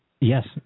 Yes